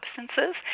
Substances